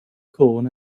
corn